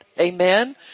Amen